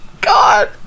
God